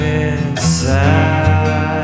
inside